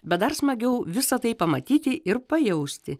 bet dar smagiau visa tai pamatyti ir pajausti